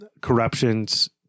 corruptions